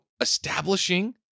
establishing